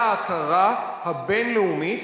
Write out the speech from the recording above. ההכרה הבין-לאומית,